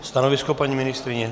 Stanovisko, paní ministryně?